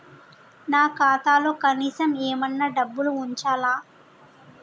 నా ఖాతాలో కనీసం ఏమన్నా డబ్బులు ఉంచాలా?